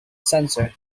sensor